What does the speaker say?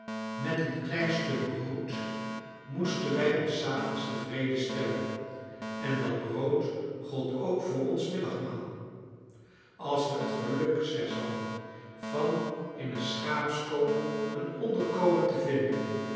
met een klein stuk brood moesten wij ons s avonds tevreden stellen en dat brood gold ook voor ons middagmaal als we het geluk slechts hadden van in een schaapskooi een onderkomen te vinden